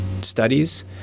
studies